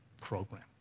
program